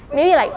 maybe like